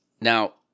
now